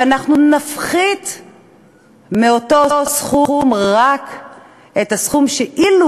אנחנו נפחית מאותו סכום רק את הסכום שאילו